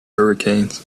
hurricanes